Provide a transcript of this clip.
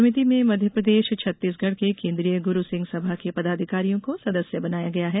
समिति में मध्यप्रदेष छत्तीसगढ के केन्द्रीय गुरूसिंह सभा के पदाधिकारियों को सदस्य बनाया गया है